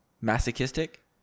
masochistic